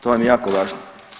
To vam je jako važno.